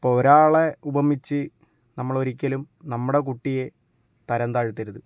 ഇപ്പോൾ ഒരാളെ ഉപമിച്ച് നമ്മളൊരിക്കലും നമ്മുടെ കുട്ടിയെ തരം താഴ്ത്തരുത്